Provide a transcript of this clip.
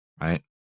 right